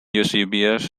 eusebius